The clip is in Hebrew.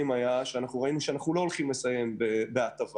ראינו שאנחנו לא הולכים לסיים בהטבה,